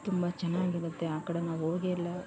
ತುಂಬ ಚೆನ್ನಾಗಿರುತ್ತೆ ಆ ಕಡೆ ನಾವು ಹೋಗೆಯಿಲ್ಲ